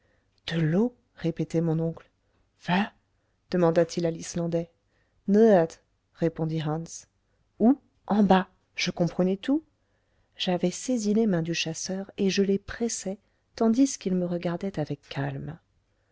de l'eau répétait mon oncle hvar demanda-t-il à l'islandais nedat répondit hans où en bas je comprenais tout j'avais saisi les mains du chasseur et je les pressais tandis qu'il me regardait avec calme